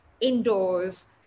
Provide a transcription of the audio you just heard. indoors